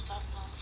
ya